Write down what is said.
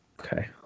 Okay